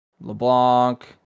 LeBlanc